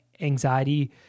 anxiety